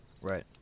Right